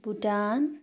Bhutan